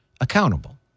accountable